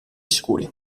sicuri